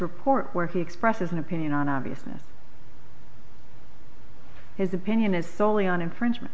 report where he expresses an opinion on obviously his opinion is solely on infringement